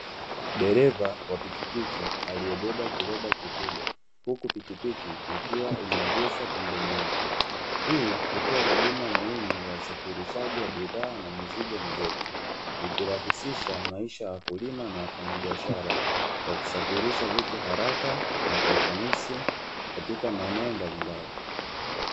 Dereva wa pikipiki, aliyebeba kiroba kikubwa, huku pikipiki ikiwa imeegeshwa pembeni yake. Hii hutoa huduma muhimu ya usafirishaji wa bidhaa na mizigo midogo, ikirahisisha maisha ya wakulima na wafanyabiashara kwa kusafirisha vitu haraka na kwa ufanisi katika maeneo mbalimbali.